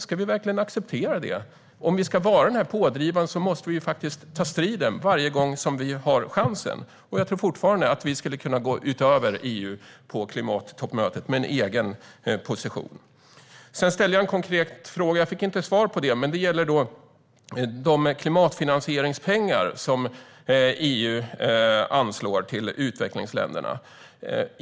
Ska vi verkligen acceptera det? Om vi ska vara pådrivande måste vi faktiskt ta striden varje gång vi har chansen. Jag tror fortfarande att vi skulle kunna gå utöver EU med en egen position på klimattoppmötet. Sedan ställde jag en konkret fråga, men jag fick inget svar. Frågan gäller de klimatfinansieringspengar som EU anslår till utvecklingsländerna.